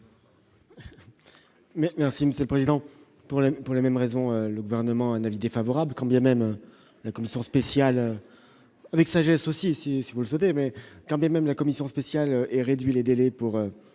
merci Monsieur Président pour la, pour la même raison, le gouvernement, un avis défavorable, quand bien même la commission spéciale avec sagesse aussi si, si, vous le savez mais quand bien même la commission spéciale et réduit les délais pour